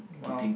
!wow!